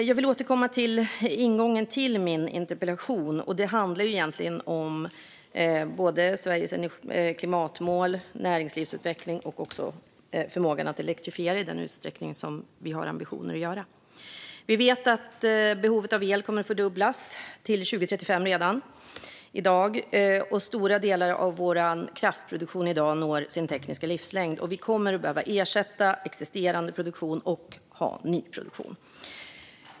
Jag vill återkomma till ingången till min interpellation. Det handlar om Sveriges klimatmål, näringslivsutveckling och förmågan att elektrifiera i den utsträckning som vi har ambitioner att göra. Vi vet att behovet av el kommer att fördubblas redan till år 2035. Stora delar av vår kraftproduktion i dag når sin tekniska livslängd. Vi kommer att behöva ersätta existerande produktion och ha nyproduktion.